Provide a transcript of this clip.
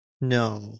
No